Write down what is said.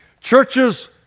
Churches